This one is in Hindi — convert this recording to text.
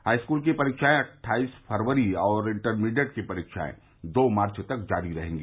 हाईस्कूल की परीक्षाएं अट्ठाईस फरवरी और इंटरमीडिएट की परीक्षाएं दो मार्च तक जारी रहेंगी